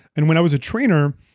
and when i was a trainer,